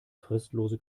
fristlose